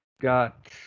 Got